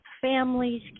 families